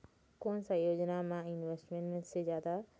कोन सा योजना मे इन्वेस्टमेंट से जादा फायदा रही?